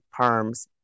perms